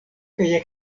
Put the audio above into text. kaj